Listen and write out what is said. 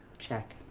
check.